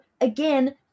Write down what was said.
again